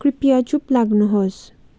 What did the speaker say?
कृपया चुप लाग्नुहोस्